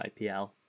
IPL